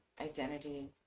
identity